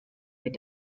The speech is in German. mit